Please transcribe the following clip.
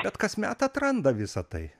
bet kasmet atranda visa tai